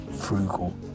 frugal